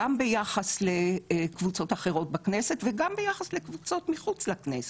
גם ביחס לקבוצות אחרות בכנסת וגם ביחס לקבוצות מחוץ לכנסת.